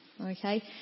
Okay